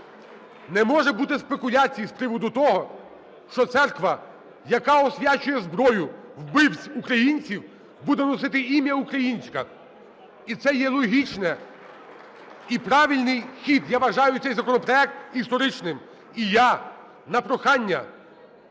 Не може бути спекуляцій з приводу того, що церква, яка освячує зброю вбивць українців, буде носити ім'я "українська". І це є логічний і правильний хід, я вважаю цей законопроект історичним. І я, на прохання